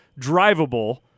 drivable